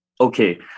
Okay